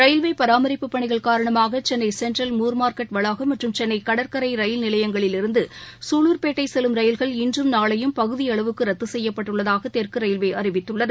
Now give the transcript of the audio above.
ரயில்வேபராமரிப்பு பணிகள் காரணமாகசென்னைசென்ட்ரல் மூர்மார்க்கெட் வளாகம் மற்றும் சென்னைகடற்கரையில் நிலையங்களிலிருந்து சூலூர்பேட்டைசெல்லும் ரயில்கள் இன்றும் நாளையும் பகுதியளவுக்குரத்துசெய்யப்பட்டுள்ளதாகதெற்குரயில்வேஅறிவித்துள்ளது